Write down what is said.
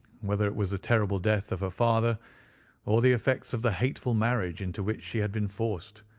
whether it was the terrible death of her father or the effects of the hateful marriage into which she had been forced,